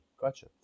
gotcha